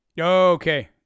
Okay